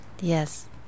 Yes